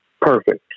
perfect